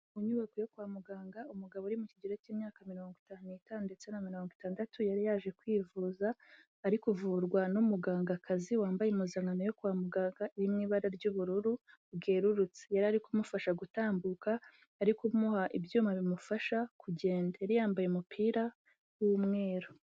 Mu nyubako yo kwa muganga umugabo uri mu kigero cy'imyaka mirongo itanu n'itanu ndetse na mirongo itandatu, yari yaje kwivuza ari kuvurwa n'umugangakazi wambaye impuzankano yo kwa muganga iri mu ibara ry'ubururu bwerurutse, yari ari kumufasha gutambuka, ari kumuha ibyuma bimufasha kugenda, yari yambaye umupira w'umweru.